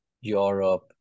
Europe